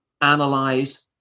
analyze